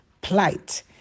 plight